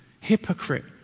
hypocrite